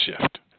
shift